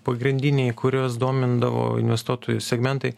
pagrindiniai kuriuos domindavo investuotojų segmentai